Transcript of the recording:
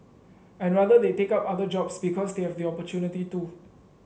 I rather they take up other jobs because they have the opportunity to